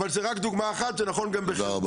אבל זה רק דוגמה אחת, זה נכון גם באחרים.